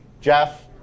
Jeff